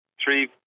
three